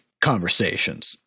conversations